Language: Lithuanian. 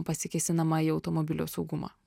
pasikėsinama į automobilio saugumą